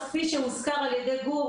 כפי שהוזכר על ידי גור,